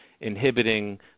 inhibiting